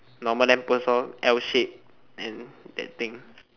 normal lamp post lor L shape and that thing